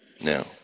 Now